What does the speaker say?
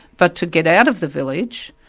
but to get out of the village,